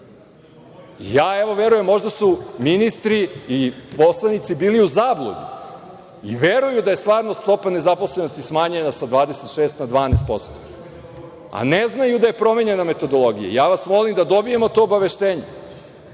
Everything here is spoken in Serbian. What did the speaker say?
Ja, evo, verujem možda su ministri i poslanici bili u zabludi i veruju da je stvarno stopa nezaposlenosti smanjena sa 26 na 12%, a ne znaju da je promenjena metodologija. Molim vas da dobijemo to obaveštenje,